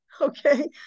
okay